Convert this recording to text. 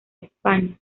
españa